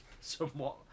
somewhat